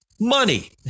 Money